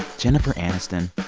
jennifer aniston.